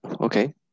okay